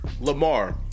Lamar